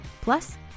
Plus